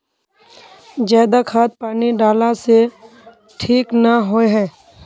ज्यादा खाद पानी डाला से ठीक ना होए है?